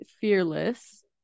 *Fearless*